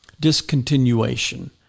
Discontinuation